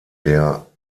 der